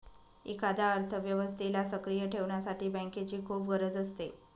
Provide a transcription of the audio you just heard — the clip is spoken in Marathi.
एखाद्या अर्थव्यवस्थेला सक्रिय ठेवण्यासाठी बँकेची खूप गरज असते